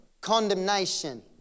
condemnation